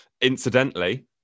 Incidentally